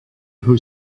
who